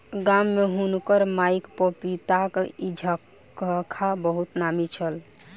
गाम में हुनकर माईक पपीताक झक्खा बहुत नामी छल